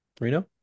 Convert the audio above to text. Reno